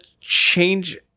change